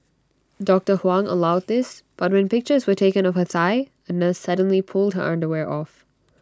doctor Huang allowed this but when pictures were taken of her thigh A nurse suddenly pulled her underwear off